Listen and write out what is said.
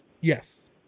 Yes